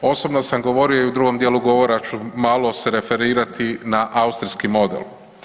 Osobno sam govorio i u drugom dijelu govora ću malo se referirati na austrijski model.